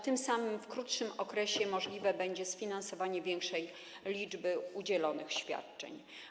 Tym samym w krótszym okresie możliwe będzie sfinansowanie większej liczby udzielonych świadczeń.